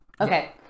Okay